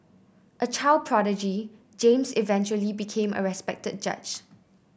a child prodigy James eventually became a respected judge